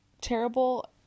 terrible